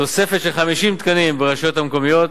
תוספת של 50 תקנים ברשויות המקומיות.